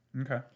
Okay